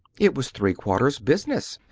it was three-quarters business.